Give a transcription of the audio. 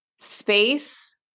space